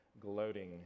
gloating